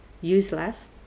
useless